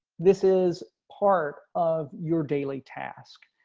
this is part of your daily task.